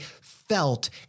felt